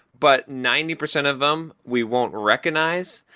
but ninety percent of them we won't recognize,